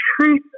truth